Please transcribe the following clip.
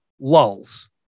lulls